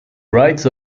rights